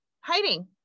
hiding